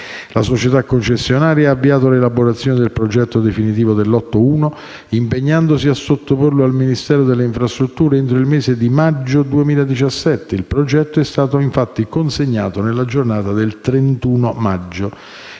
La società concessionaria ha avviato l'elaborazione del progetto definitivo del lotto 1, impegnandosi a sottoporlo al Ministero delle infrastrutture e dei trasporti entro il mese di maggio 2017; il progetto è stato infatti consegnato nella giornata del 31 maggio.